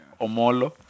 Omolo